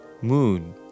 Moon